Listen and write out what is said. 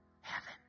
Heaven